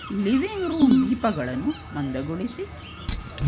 living room ದೀಪಗಳನ್ನು ಮಂದಗೊಳಿಸಿ